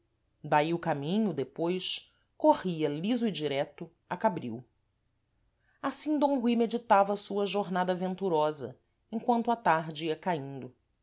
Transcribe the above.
daí o caminho depois corria liso e direito a cabril assim d rui meditava a sua jornada venturosa emquanto a tarde ia caíndo